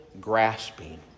Grasping